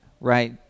right